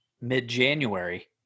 mid-January